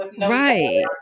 right